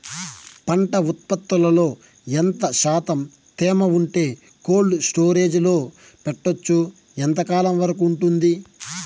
పంట ఉత్పత్తులలో ఎంత శాతం తేమ ఉంటే కోల్డ్ స్టోరేజ్ లో పెట్టొచ్చు? ఎంతకాలం వరకు ఉంటుంది